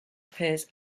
appears